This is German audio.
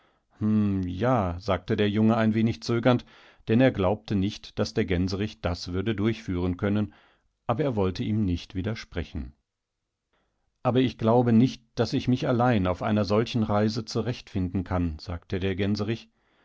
ja sagte der junge ein wenig zögernd denn er glaubte nicht daß der gänserich das würde durchführen können abererwollteihmnichtwidersprechen aberichglaubenicht daß ich mich allein auf einer solchen reise zurechtfinden kann sagte der